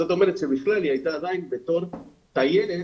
זאת אומרת, שבכלל היא הייתה עדיין בתור תיירת